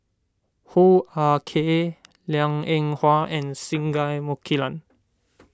Hoo Ah Kay Liang Eng Hwa and Singai Mukilan